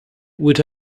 would